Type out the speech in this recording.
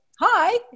hi